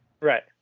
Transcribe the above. Right